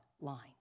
line